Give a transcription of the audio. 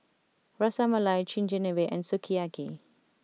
Ras Malai Chigenabe and Sukiyaki